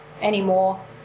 anymore